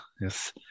yes